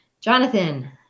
jonathan